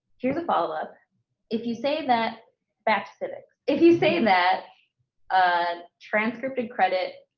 here's a follow-up if you say that back to civics if you say that a transcript and credit